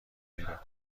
پیدا